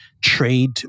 trade